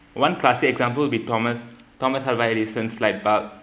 one classic example would be thomas thomas edison's light bulb